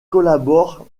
collabore